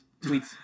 Tweets